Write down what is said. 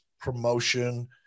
promotion